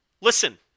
Listen